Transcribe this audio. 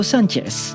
Sanchez